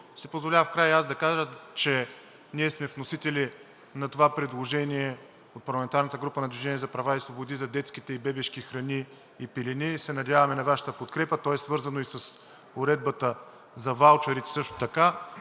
си позволя в края и аз да кажа, че ние сме вносители на това предложение, от парламентарната група на „Движение за права и свободи“, за детските и бебешки храни, и пелени и се надяваме на Вашата подкрепа. То е свързано и с уредбата за ваучерите, също така,